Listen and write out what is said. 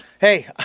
hey